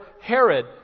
Herod